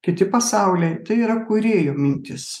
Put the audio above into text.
kiti pasauliai tai yra kūrėjo mintis